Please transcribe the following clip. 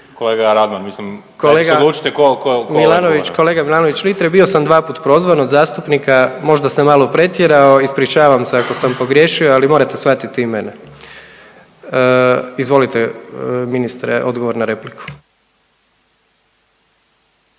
Kolega Milanović, kolega Milanović Litre, bio sam dvaput prozvan od zastupnika, možda sam malo pretjerao, ispričavam se ako sam pogriješio, ali morate shvatiti i mene. Izvolite ministre odgovor na repliku.